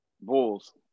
Bulls